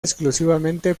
exclusivamente